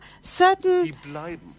certain